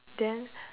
then